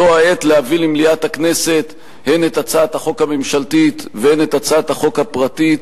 זו העת להביא למליאת הכנסת הן את הצעת החוק הממשלתית